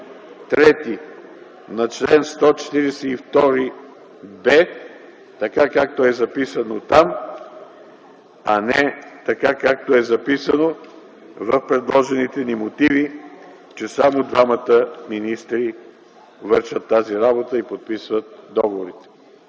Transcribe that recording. на стр. 13 - така както е записано в § 3 на чл. 142б, а не така както е записано в предложените ни мотиви, че само двамата министри вършат тази работа и подписват договорите.